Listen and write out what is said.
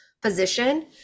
position